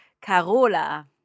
Carola